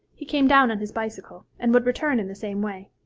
he came down on his bicycle, and would return in the same way.